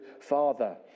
Father